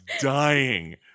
dying